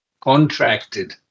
contracted